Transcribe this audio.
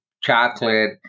chocolate